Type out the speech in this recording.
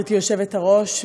גברתי היושבת-ראש,